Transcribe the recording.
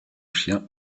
chien